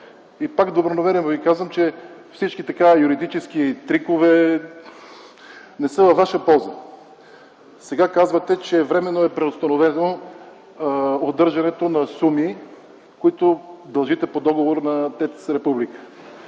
И пак добронамерено Ви казвам, че всички юридически трикове не са във Ваша полза. Сега казвате, че временно е преустановено удържането на суми, които дължите по договор на ТЕЦ „Република”.